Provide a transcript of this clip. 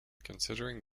considering